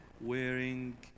wearing